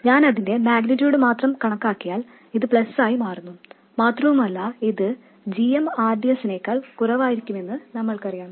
ഞാൻ അതിന്റെ മാഗ്നിറ്റൂഡ് മാത്രം കണക്കാക്കിയാൽ ഇത് പ്ലസ് ആയി മാറുന്നു മാത്രവുമല്ല ഇത് gmrds നേക്കാൾ കുറവായിരിക്കുമെന്ന് നമ്മൾക്കറിയാം